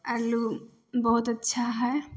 अल्लू बहुत अच्छा हइ